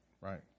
right